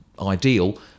ideal